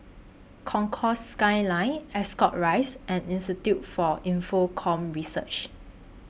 Concourse Skyline Ascot Rise and Institute For Infocomm Research